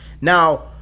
now